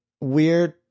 weird